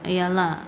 ya lah